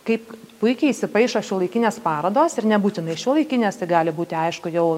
kaip puikiai įsipaišo šiuolaikinės parodos ir nebūtinai šiuolaikinės tai gali būti aišku jau